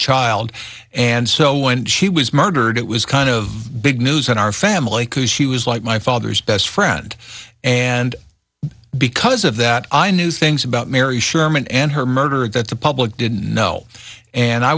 child and so when she was murdered it was kind of big news in our family because she was like my father's best friend and because of that i knew things about mary sherman and her murder that the public didn't know and i